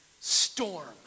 Storm